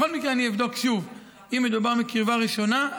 בכל מקרה אבדוק שוב אם מדובר בקרבה ראשונה.